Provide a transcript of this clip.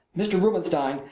mr. rubenstein,